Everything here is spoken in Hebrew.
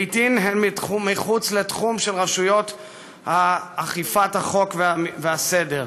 לעתים הן מחוץ לתחום של רשויות אכיפת החוק והסדר,